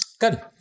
Good